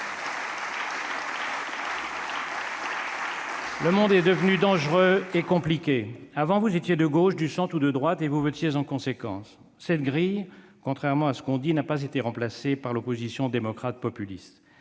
Le monde est devenu dangereux et compliqué. Avant, vous étiez de gauche, ducentre ou de droite et vous votiez enconséquence. Cette grille, contrairement à ceque l'on prétend, n'a pas été remplacée parl'opposition démocrates-populistes.